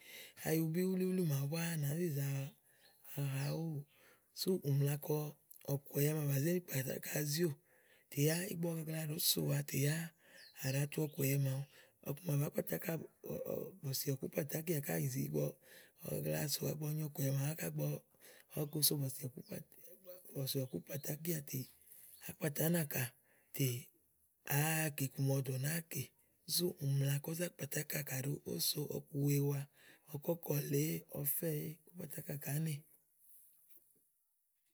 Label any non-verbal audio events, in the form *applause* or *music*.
ayubí wùlí wúlí màaɖu búá nàáá zi zàa haówóò. Úni sú ùmla kɔ ɔ̀kùɛ̀yɛ lɔ kà zá nà zé ziówò. Tè yá ígbɔ ɔwɔ gagla ɖòó so wàa tè yá à ɖatu ɔ̀kùɛ̀yɛ màaɖu ɔwɔ ɖàá kpàtà áka *hesitation* bɔ̀sìɔ̀kúkpàtà ákia ìzì ɖíigbo. Ígbɔ ɔwɔ gagla sòwa ígbɔ ɔwɔ nyo ɔ̀kùɛ̀yɛ lɔ áka ígbɔ ɔwɔ go so bɔ̀sìɔ̀kúkpàtàákia tè, àá kpatà ánàka tè àáa kè iku màa ɔwɔ dò nàáa kè. Úni sù ù mla kózá kpàtà ákà kàɖi ówò òó so ɔkuwèe wa ɔkɔkɔ̀ lèe èéè, ɔfɛ́ èéè kpàtà ákà kàá nè.